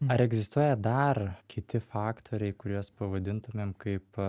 ar egzistuoja dar kiti faktoriai kuriuos pavadintumėm kaip